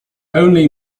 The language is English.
only